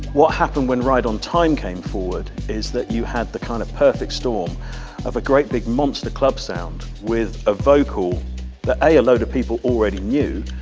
what happened when ride on time came forward is that you had the kind of perfect storm of a great big monster club sound with a vocal that, a, a load of people already knew,